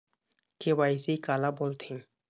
KYC काला बोलथें?